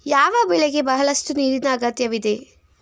ಯಾವ ಬೆಳೆಗೆ ಬಹಳಷ್ಟು ನೀರಿನ ಅಗತ್ಯವಿದೆ?